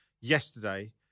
Yesterday